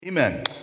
Amen